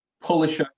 Polish